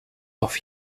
auf